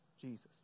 Jesus